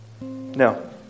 no